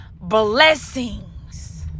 blessings